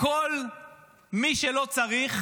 לכל מי שלא צריך